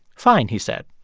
fine, he said.